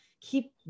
keep